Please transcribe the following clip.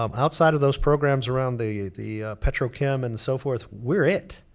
um outside of those programs around the the petrochem and so forth, we're it.